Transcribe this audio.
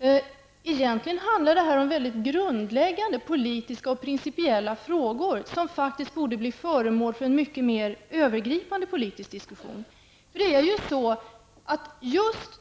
det handlar om grundläggande politiska och principiella frågor, som borde bli föremål för en mycket mer övergripande politisk diskussion.